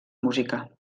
música